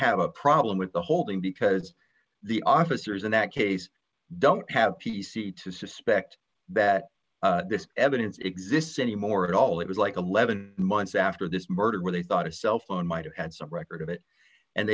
have a problem with the holding because the officers in that case don't have p c to suspect that this evidence exists anymore at all it was like eleven months after this murder where they thought a cell phone might have had some record of it and